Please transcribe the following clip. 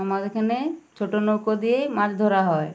আমাদের এখানে ছোট নৌকো দিয়েই মাছ ধরা হয়